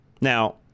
Now